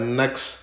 next